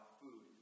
food